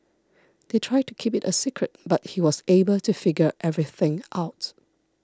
they tried to keep it a secret but he was able to figure everything out